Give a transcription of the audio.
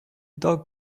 dog